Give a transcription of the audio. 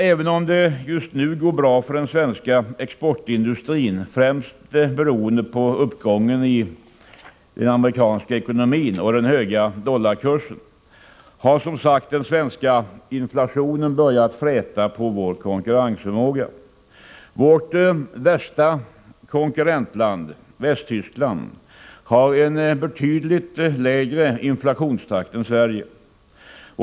Även om det just nu går bra för den svenska exportindustrin, främst beroende på uppgången i den amerikanska ekonomin och den höga dollarkursen, har som sagt den svenska inflationen börjat fräta på vår konkurrensförmåga. Vårt värsta konkurrentland, Västtyskland, har en betydligt lägre inflationstakt än Sverige.